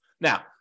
Now